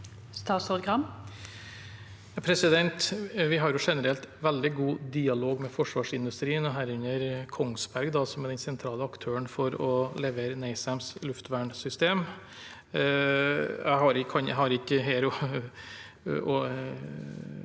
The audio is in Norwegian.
relt veldig god dialog med forsvarsindustrien, herunder Kongsberg, som er den sentrale aktøren for å levere NASAMS luftvernsystem. Jeg har ikke her